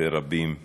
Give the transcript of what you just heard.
ורבים אחרים,